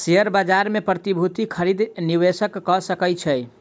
share बाजार मे प्रतिभूतिक खरीद निवेशक कअ सकै छै